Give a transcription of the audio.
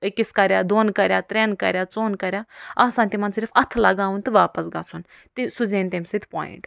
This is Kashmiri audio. أکِس کریٛا دۄن کریٛا ترٛٮ۪ن کریٛا ژۄن کریٛا آسان تِمن صرف اتھہٕ لگاوُن تہٕ واپس گژھُن تہٕ سُہ زینہِ تَمہِ سۭتۍ پوینٹ